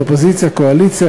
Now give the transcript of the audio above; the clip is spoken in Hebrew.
אופוזיציה וקואליציה,